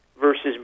versus